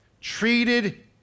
treated